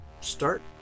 start